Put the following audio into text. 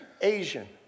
Asian